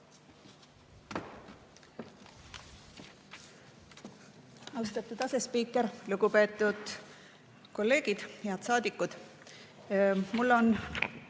Austatud asespiiker! Lugupeetud kolleegid, head saadikud! Mul on